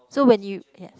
so when you ya